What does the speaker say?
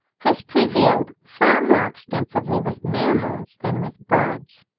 has prevailed far more extensively with mammals than with birds